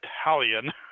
Italian